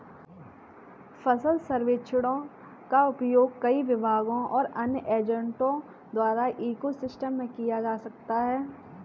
फसल सर्वेक्षण का उपयोग कई विभागों और अन्य एजेंटों द्वारा इको सिस्टम में किया जा सकता है